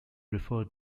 referred